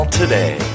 today